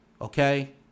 Okay